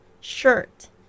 Shirt